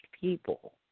people